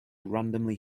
randomly